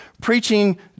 preaching